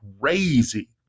crazy